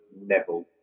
Neville